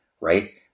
Right